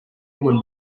woman